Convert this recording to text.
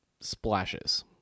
splashes